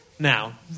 Now